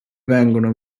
vengono